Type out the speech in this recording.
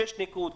שש נקודות,